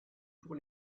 pour